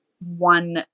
one